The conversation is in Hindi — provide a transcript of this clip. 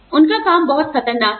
उनका काम बहुत खतरनाक है